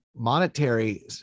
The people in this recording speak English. monetary